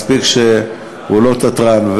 מספיק שהוא לא תתרן,